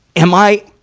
am i,